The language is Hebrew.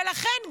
ולכן,